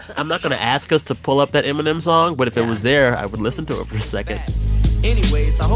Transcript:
i'm not going to ask us to pull up that eminem song. but if it was there, i would listen to it for a second anyways, i